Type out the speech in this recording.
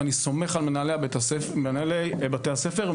ואני סומך מאוד על מנהלי בתי הספר.